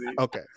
okay